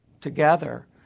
together